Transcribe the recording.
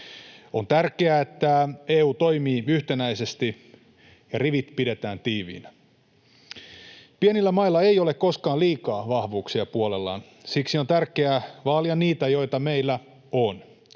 On tärkeää, että EU toimii yhtenäisesti ja rivit pidetään tiiviinä. Pienillä mailla ei ole koskaan liikaa vahvuuksia puolellaan. Siksi on tärkeää vaalia niitä, joita meillä on.